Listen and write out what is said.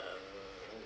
um